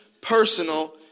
personal